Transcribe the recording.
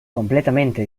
completamente